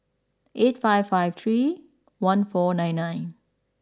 eight five five three one four nine nine